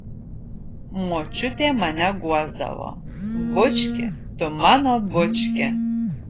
močiutė mane guosdavo bučki tu mano bučki